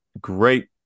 great